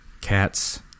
Cats